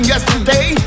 Yesterday